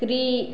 कृ